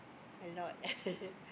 a lot